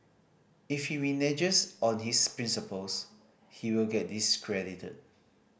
if he reneges on his principles he will get discredited